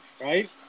Right